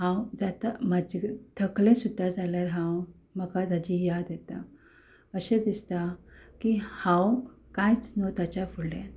हांव जाता म्हजें थकलें सुद्दां जाल्यार हांव म्हाका ताची याद येता अशें दिसता की हांव कांयच न्हय ताच्या फुडल्यान